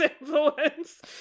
influence